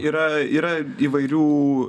yra yra įvairių